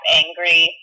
angry